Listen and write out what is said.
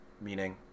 meaning